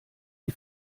die